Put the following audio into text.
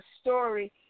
story